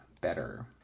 better